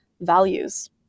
values